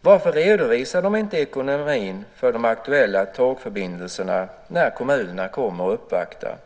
Varför redovisar de inte ekonomin för de aktuella tågförbindelserna när kommunerna kommer och uppvaktar?